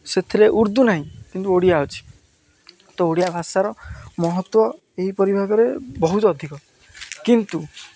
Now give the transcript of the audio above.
ସେଥିରେ ଉର୍ଦ୍ଦୁ ନାହିଁ କିନ୍ତୁ ଓଡ଼ିଆ ଅଛି ତ ଓଡ଼ିଆ ଭାଷାର ମହତ୍ଵ ଏହିପରି ଭାବରେ ବହୁତ ଅଧିକ କିନ୍ତୁ